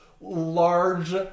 large